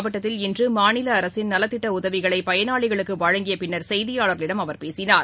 மாவட்டத்தில் இன்றுமாநிலஅரசின் திருப்பத்தார் நலத்திட்டஉதவிகளைபயனாளிகளுக்குவழங்கியபின்னர் செய்தியாளர்களிடம் அவர் பேசினார்